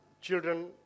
children